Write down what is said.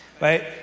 right